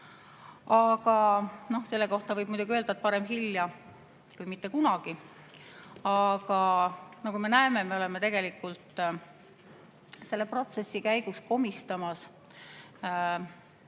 tagasi. Selle kohta võib muidugi öelda, et parem hilja kui mitte kunagi. Aga nagu me näeme, me oleme selle protsessi käigus komistamas